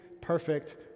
perfect